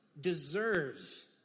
deserves